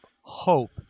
hope